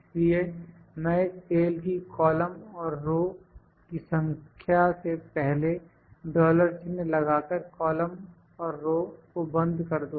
इसलिए मैं इस सेल की कॉलम और रो की संख्या से पहले डॉलर चिन्ह लगा कर कॉलम और रो को बंद कर दूँगा